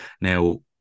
now